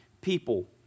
people